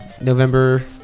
November